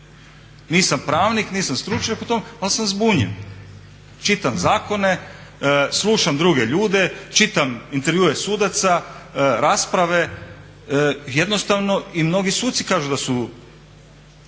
Nisam pravnik, nisam stručnjak u tom ali sam zbunjen. Čitam zakone, slušam druge ljude, čitam intervjue sudaca, rasprave, jednostavno i mnogi suci kažu da su